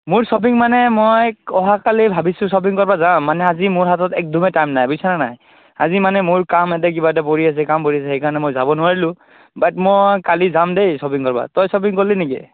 মোৰ শ্বপিং মানে মই অহা কালি ভাবিছোঁ শ্বপিং কৰিব যাম মানে আজি মোৰ হাতত একদমেই টাইম নাই বুজিছনে নাই আজি মানে মোৰ কাম ইয়াতে কিবা এটা পৰি আছে কাম পৰি আছে সেই কাৰণে মই যাব নোৱাৰিলোঁ বাট মই কালি যাম দেই শ্বপিং কৰিব তই শ্বপিং কৰিলি নেকি